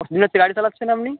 হচ্ছে গাড়ি চালাচ্ছেন আপনি